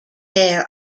there